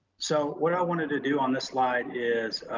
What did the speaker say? so what i wanted to do on this slide is,